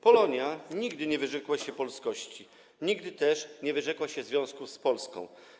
Polonia nigdy nie wyrzekła się swej polskości, nigdy też nie wyrzekła się związków z Polską.